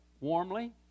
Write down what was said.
warmly